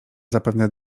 zapewne